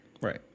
Right